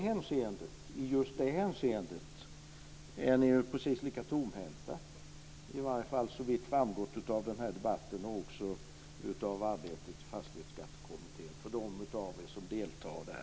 I just detta hänseende är ni precis lika tomhänta, i alla fall såvitt framgått av denna debatt och också av arbetet i fastighetsskattekommittén, ni som deltar där.